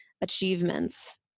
achievements